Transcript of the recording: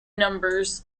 numbers